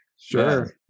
sure